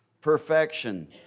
perfection